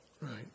Right